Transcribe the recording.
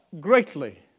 greatly